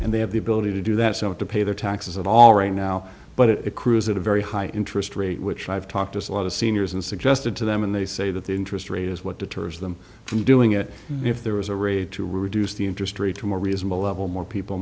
and they have the ability to do that so have to pay their taxes at all right now but it accrues at a very high interest rate which i've talked a lot of seniors and suggested to them and they say that the interest rate is what deters them from doing it if there was a rate to reduce the interest rate to more reasonable level more people